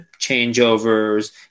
changeovers